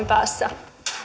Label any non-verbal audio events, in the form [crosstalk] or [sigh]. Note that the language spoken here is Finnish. [unintelligible] päässä